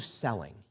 selling